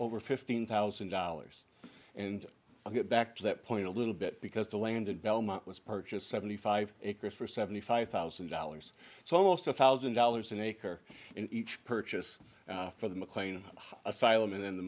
over fifteen thousand dollars and get back to that point a little bit because the land in belmont was purchased seventy five acres for seventy five thousand dollars so almost a thousand dollars an acre in each purchase for the mclean asylum in